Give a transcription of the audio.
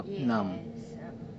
yes uh uh